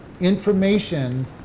information